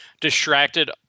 distracted